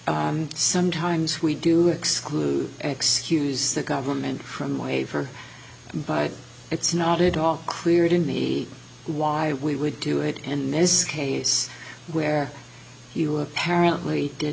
sometimes we do exclude excuse the government from waiver by it's not at all clear to me why we would do it and this case where you apparently did